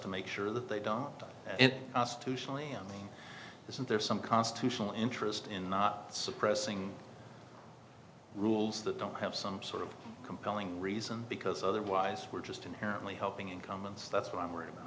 to make sure that they don't do it to shelly isn't there some constitutional interest in not suppressing rules that don't have some sort of compelling reason because otherwise we're just inherently helping incumbents that's what i'm worried about